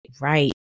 right